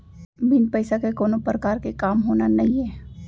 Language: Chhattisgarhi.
बिन पइसा के कोनो परकार के काम होना नइये